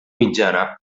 mitjana